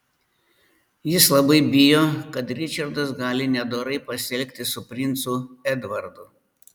jis labai bijo kad ričardas gali nedorai pasielgti su princu edvardu